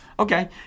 Okay